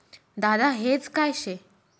दादा हेज काय शे?